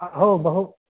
अहो बहु